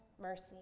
mercy